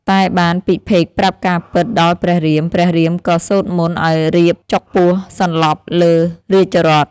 តែ បានពិភេកប្រាប់ការពិតដល់ព្រះរាមៗក៏សូត្រមន្តឱ្យរាពណ៍ចុកពោះសន្លប់លើរាជរថ។